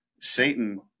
Satan